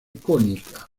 cónica